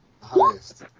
highest